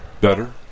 Better